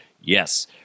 yes